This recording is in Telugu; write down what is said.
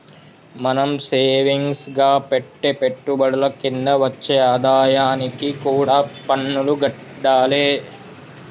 మనం సేవింగ్స్ గా పెట్టే పెట్టుబడుల కింద వచ్చే ఆదాయానికి కూడా పన్నులు గట్టాలే